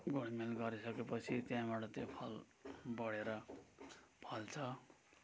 गोडमेल गरिसकेपछि त्यहाँबाट त्यो फल बढेर फल्छ